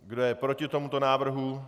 Kdo je proti tomuto návrhu?